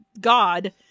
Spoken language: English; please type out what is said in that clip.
god